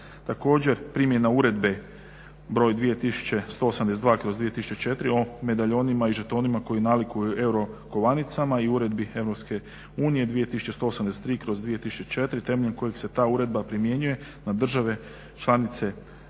Također primjena uredbe broj 2182/2004. o medaljonima i žetonima koji nalikuju euro kovanicama i uredbi Europske unije 2183/2004. temeljem kojeg se ta uredba primjenjuje na države članice